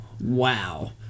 Wow